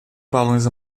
balões